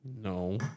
No